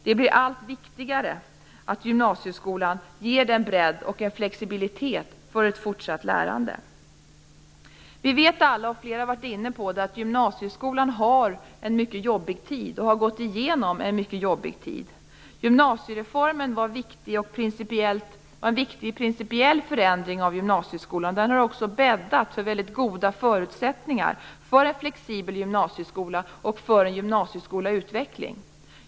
Det blir allt viktigare att gymnasieskolan ger bredd och flexibilitet för ett fortsatt lärande. Vi vet alla - flera har varit inne på det - att gymnasieskolan har gått igenom en mycket jobbig tid. Gymnasiereformen var en viktig principiell förändring av gymnasieskolan, och den har också bäddat för mycket goda förutsättningar för en flexibel gymnasieskola och för en gymnasieskola i utveckling.